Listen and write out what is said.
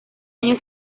año